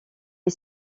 est